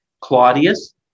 Claudius